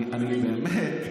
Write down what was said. באמת,